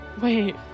Wait